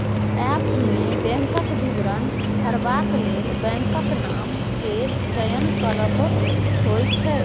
app मे बैंकक विवरण भरबाक लेल बैंकक नाम केर चयन करब होइ छै